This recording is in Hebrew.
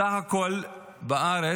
בסך הכול בארץ,